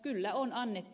kyllä on annettu